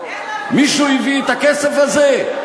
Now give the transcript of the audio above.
מישהו הביא את הכסף הזה?